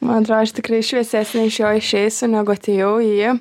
man atrodo aš tikrai šviesesnė iš jo išeisiu negu atėjau į